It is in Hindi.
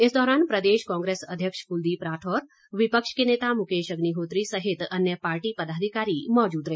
इस दौरान प्रदेश कांग्रेस अध्यक्ष कुलदीप राठौर विपक्ष के नेता मुकेश अग्निहोत्री सहित अन्य पार्टी पदाधिकारी मौजूद रहे